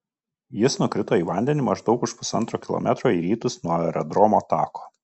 jis nukrito į vandenį maždaug už pusantro kilometro į rytus nuo aerodromo tako